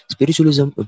Spiritualism